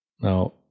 now